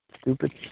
stupid